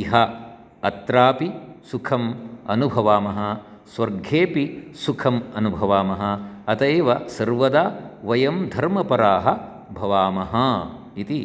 इह अत्रापि सुखम् अनुभवामः स्वर्गेपि सुखम् अनुभवामः अत एव सर्वदा वयं धर्मपराः भवामः इति